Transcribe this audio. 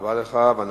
רבותי, לפני שאנחנו